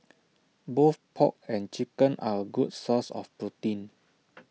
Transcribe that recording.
both pork and chicken are A good source of protein